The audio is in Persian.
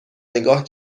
نگاه